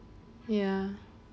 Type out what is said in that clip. ya